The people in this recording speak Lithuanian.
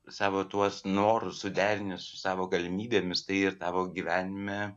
savo tuos norus suderini su savo galimybėmis tai ir tavo gyvenime